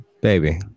baby